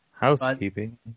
Housekeeping